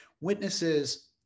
Witnesses